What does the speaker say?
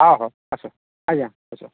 ହ ହେଉ ଆସ ଆଜ୍ଞା ଆସ